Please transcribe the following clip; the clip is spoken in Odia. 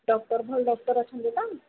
ଡକ୍ଟର୍ ଭଲ ଡକ୍ଟର୍ ଅଛନ୍ତି ତ